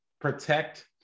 protect